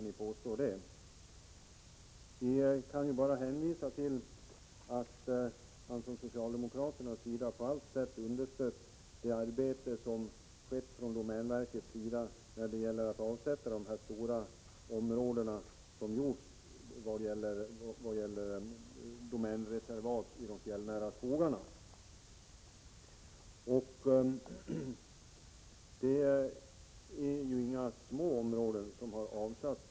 Vi kan bara hänvisa till att vi från socialdemokratisk sida på alla sätt har understött domänverket när det gällt att avsätta stora områden som reservat i de fjällnära skogarna. Det är inga små områden som har avsatts.